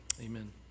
amen